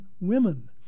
women